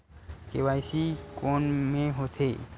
KYC कोन में होथे?